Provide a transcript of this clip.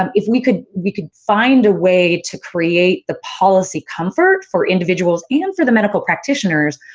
um if we could we could find a way to create the policy comfort for individuals and for the medical practitioners,